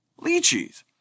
lychees